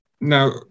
Now